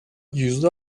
yüzde